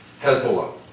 Hezbollah